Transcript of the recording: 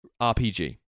RPG